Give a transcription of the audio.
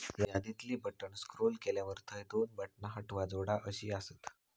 यादीतली बटण स्क्रोल केल्यावर थंय दोन बटणा हटवा, जोडा अशी आसत